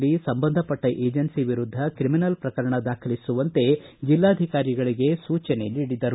ಇದಕ್ಕೆ ತಪ್ಪದಲ್ಲಿ ಸಂಬಂಧಪಟ್ಟ ಏಜೆನ್ಸಿ ವಿರುದ್ಧ ತ್ರಿಮಿನಲ್ ಪ್ರಕರಣ ದಾಖಲಿಸುವಂತೆ ಜಿಲ್ಲಾಧಿಕಾರಿಗಳಿಗೆ ಸೂಚನೆ ನೀಡಿದರು